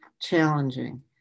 challenging